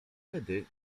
wtedy